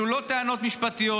אלו לא טענות משפטיות.